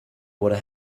what